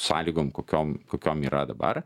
sąlygom kokiom kokiom yra dabar